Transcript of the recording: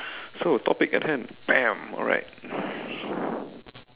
so topic attempt baam alright